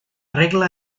regla